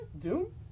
Doom